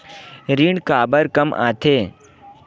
ऋण काबर कम आथे?